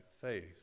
faith